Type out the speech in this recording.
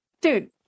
Dude